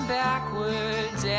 backwards